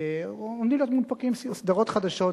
עומדים להיות מונפקים שטרות חדשים,